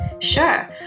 Sure